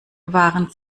waren